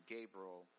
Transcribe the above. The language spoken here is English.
Gabriel